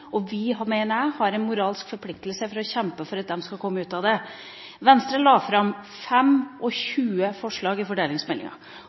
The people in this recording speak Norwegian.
og vi har – mener jeg – en moralsk forpliktelse for å kjempe for at de skal komme ut av det. Venstre la fram